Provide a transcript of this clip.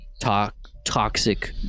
toxic